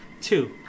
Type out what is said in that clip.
Two